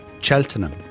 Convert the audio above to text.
Cheltenham